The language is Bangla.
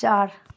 চার